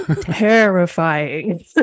terrifying